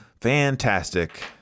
Fantastic